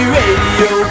radio